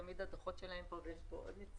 תמיד הדוחות שלהם נהדרים.